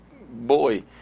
boy